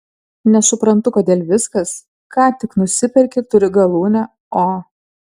nesuprantu kodėl viskas ką tik nusiperki turi galūnę o